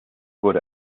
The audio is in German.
wurde